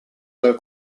dal